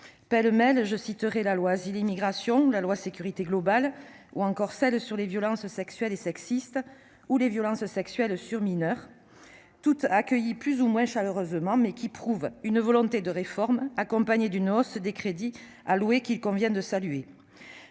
Pêle-mêle, je citerai la loi Asile et immigration, la loi Sécurité globale ou encore les lois sur les violences sexuelles et sexistes et sur les violences sexuelles sur mineurs, toutes accueillies plus ou moins chaleureusement, mais qui prouvent une volonté de réforme, appuyée par une hausse des crédits, qu'il convient de saluer.